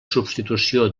substitució